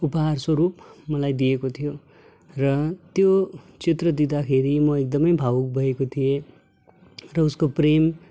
उपहारस्वरूप मलाई दिएको थियो र त्यो चित्र दिँदाखेरि म एकदमै भावुक भएको थिएँ र उसको प्रेम